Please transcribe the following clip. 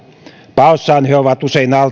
paossaan he ovat usein